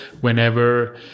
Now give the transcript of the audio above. whenever